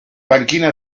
panchina